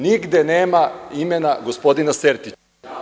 Nigde nema imena gospodina Sertića.